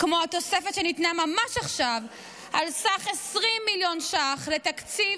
כמו התוספת שניתנה ממש עכשיו על סך 20 מיליוני שקלים לתקציב